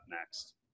next